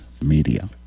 media